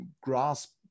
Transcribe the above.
grasp